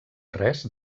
res